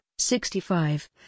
65